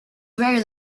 very